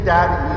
Daddy